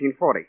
1940